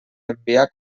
enviar